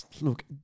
look